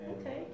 Okay